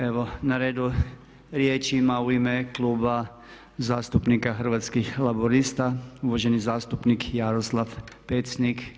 Evo na redu, riječ ima u ime Kluba zastupnika Hrvatskih laburista uvaženi zastupnik Jaroslav Pecnik.